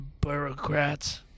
bureaucrats